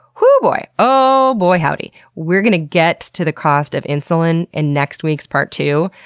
wooo boy! ohhhhh boy howdy. we're gonna get to the cost of insulin in next week's part two,